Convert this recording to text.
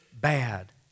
bad